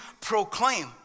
proclaim